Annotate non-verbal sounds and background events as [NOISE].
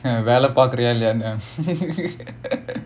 வெல்ல பாக்குறிய இல்லையான்னு:vella paakuriyaa illaiyaanu [NOISE]